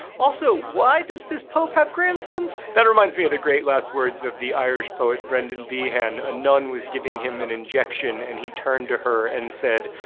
also, why does this pope have grandsons? that reminds me of the great last words of the irish poet, brendan behan. a nun was giving him an injection, and he turned to her and said,